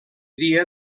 dia